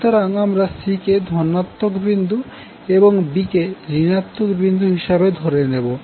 সুতরাং আমরা c কে ধনাত্মক বিন্দু এবং b ঋণাত্মক বিন্দু হিসাবে ধরে নেবো